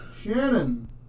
Shannon